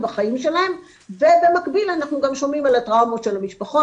בחיים שלהם ובמקביל אנחנו גם שומעים על הטראומות של המשפחות,